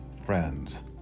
friends